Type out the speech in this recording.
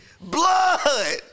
blood